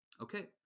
Okay